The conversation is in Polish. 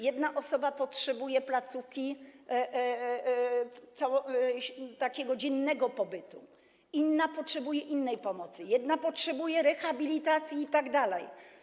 Jedna osoba potrzebuje placówki dziennego pobytu, inna potrzebuje innej pomocy, kolejna potrzebuje rehabilitacji itd.